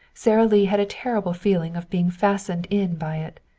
sara lee had a terrible feeling of being fastened in by it.